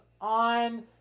on